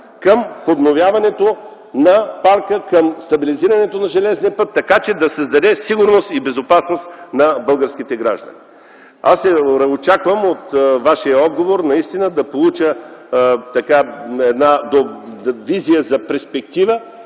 към подновяването на парка, стабилизирането на железния път, така че да създаде сигурност и безопасност на българските граждани! Очаквам от Вашия отговор наистина да получа визия за перспектива,